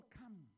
come